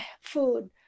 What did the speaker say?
food